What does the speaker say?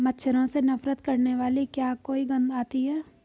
मच्छरों से नफरत करने वाली क्या कोई गंध आती है?